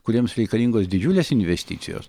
kuriems reikalingos didžiulės investicijos